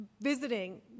visiting